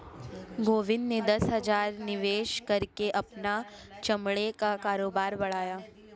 गोविंद ने दस हजार निवेश करके अपना चमड़े का कारोबार बढ़ाया